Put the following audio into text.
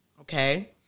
okay